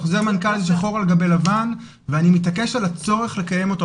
חוזר מנכ"ל שחור על גבי לבן ואני מתעקש על הצורך לקיים אותו,